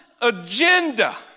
agenda